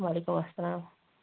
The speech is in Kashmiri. وَعلیکُم اَسَلام